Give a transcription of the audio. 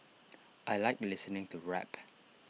I Like listening to rap